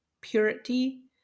purity